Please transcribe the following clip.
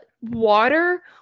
water